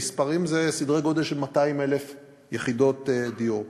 במספרים זה סדרי גודל של 200,000 יחידות דיור.